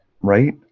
right